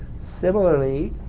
similarly,